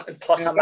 Plus